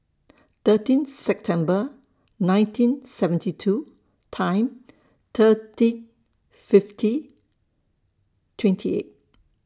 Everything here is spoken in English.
thirteen September nineteen seventy two Time thirty fifty twenty eight